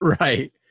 right